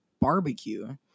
barbecue